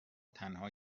تنها